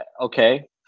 okay